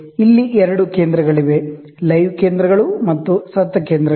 ಇಲ್ಲಿ ಎರಡು ಕೇಂದ್ರಗಳಿವೆ ಎರಡು ಲೈವ್ ಸೆಂಟರ್ ಗಳು ಮತ್ತು ಎರಡು ಡೆಡ್ ಸೆಂಟರ್ ಗಳು